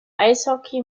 eishockey